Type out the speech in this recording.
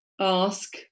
ask